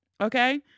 Okay